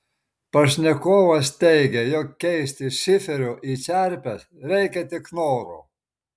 pašnekovas teigia jog keisti šiferio į čerpes reikia tik noro